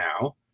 now